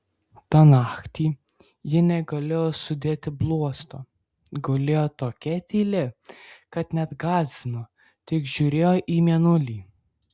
tą naktį ji negalėjo sudėti bluosto gulėjo tokia tyli kad net gąsdino tik žiūrėjo į mėnulį